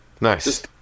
Nice